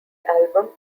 album